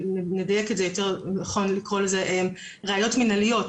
לנו ראיות מנהליות